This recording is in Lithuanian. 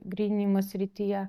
grynimo srityje